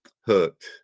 hooked